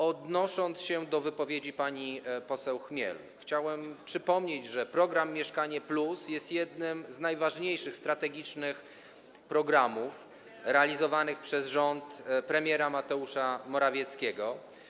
Odnosząc się do wypowiedzi pani poseł Chmiel, chciałem przypomnieć, że program „Mieszkanie+” jest jednym z najważniejszych strategicznych programów realizowanych przez rząd premiera Mateusza Morawieckiego.